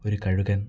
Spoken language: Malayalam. ഒരു കഴുകൻ